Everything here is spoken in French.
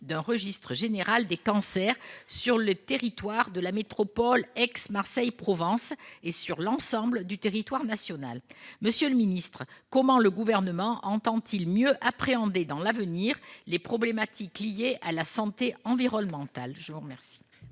d'un registre général des cancers sur le territoire de la métropole Aix-Marseille-Provence et sur l'ensemble du territoire national. Monsieur le secrétaire d'État, comment le Gouvernement entend-il mieux appréhender à l'avenir les problématiques liées à la santé environnementale ? La parole